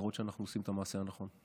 לראות שאנחנו עושים את המעשה הנכון.